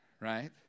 right